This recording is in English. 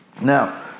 Now